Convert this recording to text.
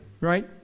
Right